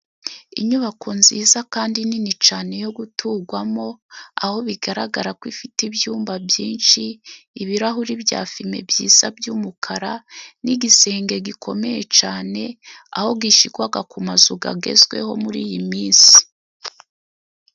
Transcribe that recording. Inyubako nziza kandi nini cyane yo guturwamo ,aho bigaragarako ifite ibyumba byinshi, ibirahuri byiza bya fime by'umukara ,n'igisenge gikomeye cyane aho gishyirwa ku mazu agezweho muri iyi minsi.